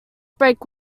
break